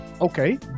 Okay